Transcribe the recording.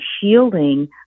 shielding